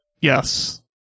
yes